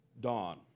Dawn